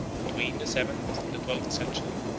between the seventh and the twelfth century,